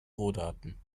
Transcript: rohdaten